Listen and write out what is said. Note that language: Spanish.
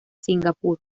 singapur